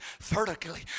vertically